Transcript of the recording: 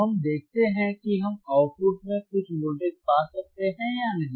तो हम देखते हैं कि हम आउटपुट में कुछ वोल्टेज पा सकते हैं या नहीं